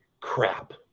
crap